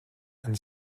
and